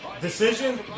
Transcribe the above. Decision